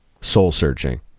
soul-searching